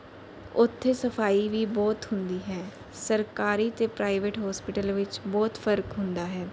ਉੱਥੇ ਸਫਾਈ ਵੀ ਬਹੁਤ ਹੁੰਦੀ ਹੈ ਸਰਕਾਰੀ ਅਤੇ ਪ੍ਰਾਈਵੇਟ ਹੋਸਪਿਟਲ ਵਿੱਚ ਬਹੁਤ ਫਰਕ ਹੁੰਦਾ ਹੈ